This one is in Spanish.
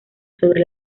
sobre